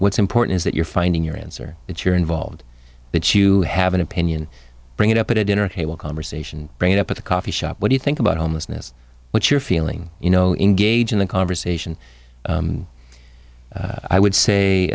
what's important is that you're finding your answer that you're involved that you have an opinion bring it up at a dinner table conversation bring it up at the coffee shop what do you think about homelessness what you're feeling you know in gauging the conversation i would